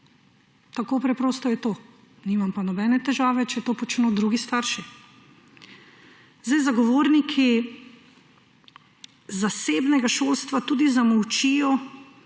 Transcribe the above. Tako preprosto je to. Nimam pa nobene težave, če to počno drugi starši. Zagovorniki zasebnega šolstva tudi zamolčijo,